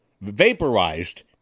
vaporized